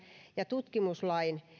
ja tutkimuslain